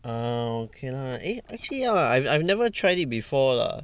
ah okay lah eh actually ya I've I've never tried it before lah